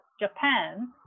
Japan